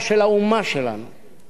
ליסודות של התרבות שלנו,